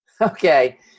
Okay